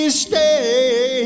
stay